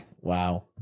Wow